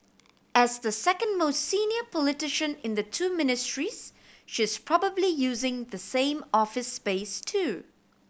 as the second most senior politician in the two Ministries she is probably using the same office space too